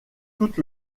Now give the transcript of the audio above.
toute